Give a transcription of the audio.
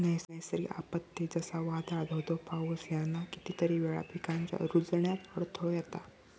नैसर्गिक आपत्ते, जसा वादाळ, धो धो पाऊस ह्याना कितीतरी वेळा पिकांच्या रूजण्यात अडथळो येता